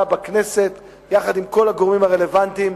בכנסת יחד עם כל הגורמים הרלוונטיים,